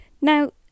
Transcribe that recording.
Now